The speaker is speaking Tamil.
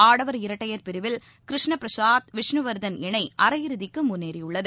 ஆடவர் இரட்டையர் பிரிவில் கிருஷ்ணபிரசாத் விஷ்ணுவர்தன் இணைஅரையிறுதிக்குமுன்னேறியுள்ளது